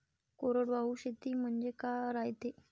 कोरडवाहू शेती म्हनजे का रायते?